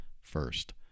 first